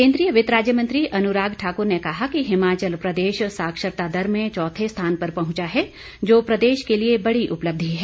केंद्रीय वित्त राज्य मंत्री अनुराग ठाकुर ने कहा कि हिमाचल प्रदेश साक्षरता दर में चौथे स्थान पर पहुंचा है जो प्रदेश के लिए बड़ी उपलक्षि है